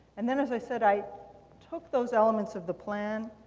and then, as i said, i took those elements of the plan,